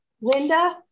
Linda